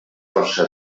força